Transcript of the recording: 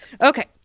Okay